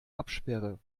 absperre